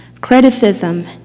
criticism